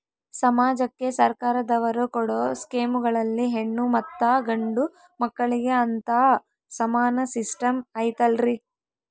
ಸಮಾಜಕ್ಕೆ ಸರ್ಕಾರದವರು ಕೊಡೊ ಸ್ಕೇಮುಗಳಲ್ಲಿ ಹೆಣ್ಣು ಮತ್ತಾ ಗಂಡು ಮಕ್ಕಳಿಗೆ ಅಂತಾ ಸಮಾನ ಸಿಸ್ಟಮ್ ಐತಲ್ರಿ?